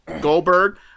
Goldberg